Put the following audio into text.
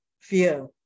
fear